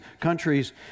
countries